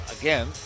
again